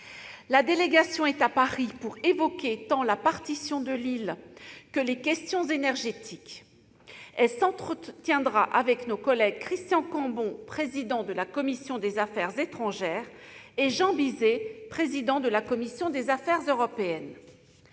La délégation est à Paris pour évoquer tant la partition de l'île que les questions énergétiques. Elle s'entretiendra avec nos collègues Christian Cambon, président de la commission des affaires étrangères, et Jean Bizet, président de la commission des affaires européennes.